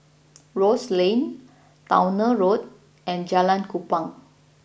Rose Lane Towner Road and Jalan Kupang